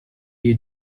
you